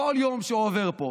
כל יום שעובר פה,